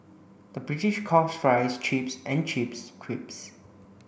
the British calls fries chips and chips crisps